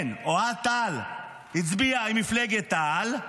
כן, אוהד טל הצביע עם מפלגת תע"ל.